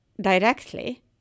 directly